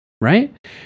right